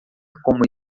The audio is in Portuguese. como